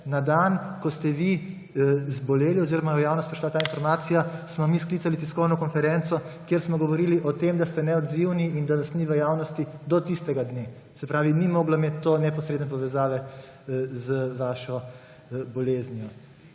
na dan, ko ste vi zboleli oziroma je v javnost prišla ta informacija, smo mi sklicali tiskovno konferenco, kjer smo govorili o tem, ste neodzivni in da vas ni v javnosti do tistega dne. Se pravi, ni moglo imeti to neposredne povezave z vašo boleznijo.